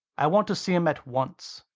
i want to see him at once.